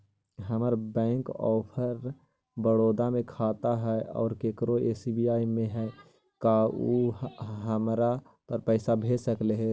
हमर bank of Baroda में खाता है और केकरो एस.बी.आई में है का उ हमरा पर पैसा भेज सकले हे?